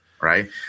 right